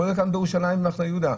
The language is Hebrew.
כולל כאן בירושלים במחנה יהודה.